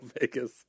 Vegas